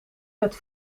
met